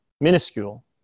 minuscule